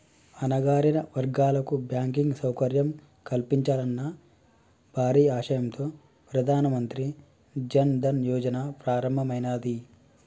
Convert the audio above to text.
అణగారిన వర్గాలకు బ్యాంకింగ్ సౌకర్యం కల్పించాలన్న భారీ ఆశయంతో ప్రధాన మంత్రి జన్ ధన్ యోజన ప్రారంభమైనాది